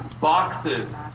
boxes